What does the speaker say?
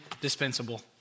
dispensable